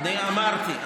אני אמרתי,